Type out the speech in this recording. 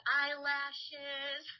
eyelashes